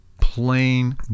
plain